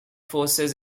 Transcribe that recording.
forces